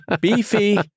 beefy